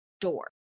door